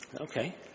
Okay